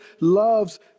loves